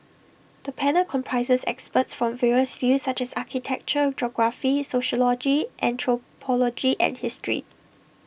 the panel comprises experts from various fields such as architecture geography sociology anthropology and history